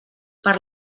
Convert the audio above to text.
per